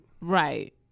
Right